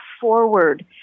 forward